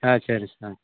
ஆ சரிங்க சார்